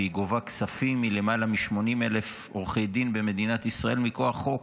והיא גובה כספים מלמעלה מ-80,000 עורכי דין במדינת ישראל מכוח חוק.